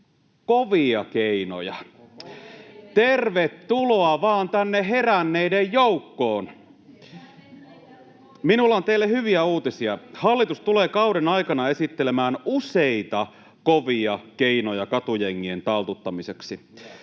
kovia!] Tervetuloa vaan tänne heränneiden joukkoon. Minulla on teille hyviä uutisia: hallitus tulee kauden aikana esittelemään useita kovia keinoja katujengien taltuttamiseksi.